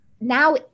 now